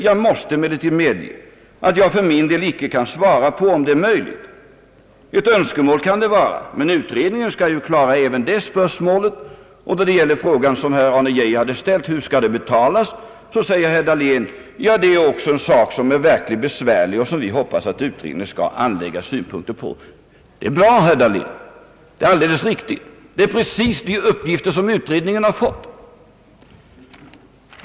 Jag måste emellertid medge att jag för min del icke kan svara på om det är möjligt. Ett önskemål kan det vara, men utredningen skall ju klara även det spörsmålet.» På frågan hur det skall betalas sade herr Geijer: »Det kommer att kosta mycket pengar, och det är vi verkligen medvetna om. Hur skall det betalas? Ja, det är också en sak som är verkligt besvärlig och som vi hoppas att utredningen skall anlägga synpunkter på.» Det är bra, herr Dahlén, och det är alldeles riktigt. Det är exakt de uppgifter som utredningen har fått.